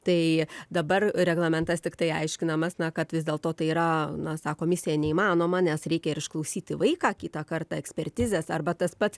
tai dabar reglamentas tiktai aiškinamas na kad vis dėl to tai yra na sako misija neįmanoma nes reikia ir išklausyti vaiką kitą kartą ekspertizės arba tas pats